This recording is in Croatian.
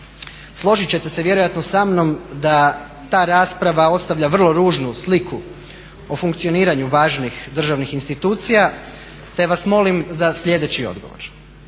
Složit ćete se vjerojatno sa mnom da ta rasprava ostavlja vrlo ružnu sliku o funkcioniranju važnih državnih institucija te vas molim za sljedeći odgovor.